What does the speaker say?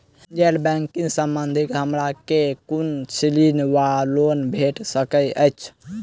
गैर बैंकिंग संबंधित हमरा केँ कुन ऋण वा लोन भेट सकैत अछि?